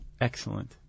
excellent